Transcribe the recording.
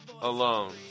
Alone